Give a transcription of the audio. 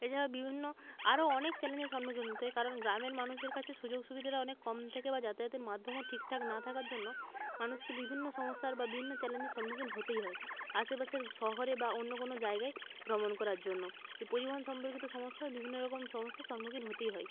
এই জন্য বিভিন্ন আরো অনেক চ্যালেঞ্জের সম্মুখীন হতে হয় কারণ গ্রামের মানুষের কাছে সুযোগ সুবিধাটা অনেক কম থাকে বা যাতায়াতের মাধ্যমও ঠিকঠাক না থাকার জন্য মানুষকে বিভিন্ন সমস্যার বা বিভিন্ন চ্যালেঞ্জের সম্মুখীন হতেই হয় আশেপাশের শহরে বা অন্য কোনো জায়গায় ভ্রমণ করার জন্য এই পরিবহন সম্পর্কিত সমস্যা বিভিন্ন রকম সমস্যার সন্মুখীন হতেই হয়